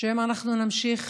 שאם אנחנו נמשיך